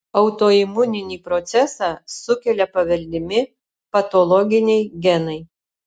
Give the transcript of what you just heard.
autoimuninį procesą sukelia paveldimi patologiniai genai